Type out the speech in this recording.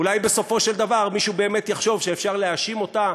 אולי בסופו של דבר מישהו באמת יחשוב שאפשר להאשים אותה